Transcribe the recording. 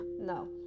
no